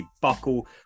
Buckle